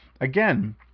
Again